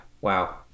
wow